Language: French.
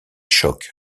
chocs